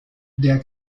der